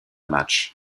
matchs